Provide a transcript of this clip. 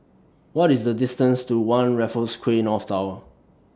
What IS The distance to one Raffles Quay North Tower